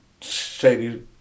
shady